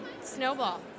snowball